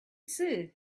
two